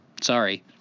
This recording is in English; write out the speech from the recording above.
Sorry